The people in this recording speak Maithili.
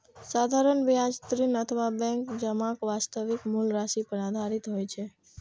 साधारण ब्याज ऋण अथवा बैंक जमाक वास्तविक मूल राशि पर आधारित होइ छै